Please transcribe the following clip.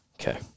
Okay